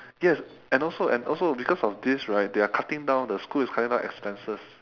yes and also and also because of this right they are cutting down the school is cutting down expenses